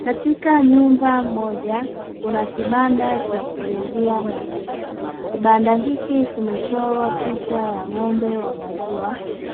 Katika nyumba moja kuna kibanda cha kuuzia maziwa, kibanda hiki kimechorw picha ya ng'ombe wa maziw